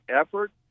effort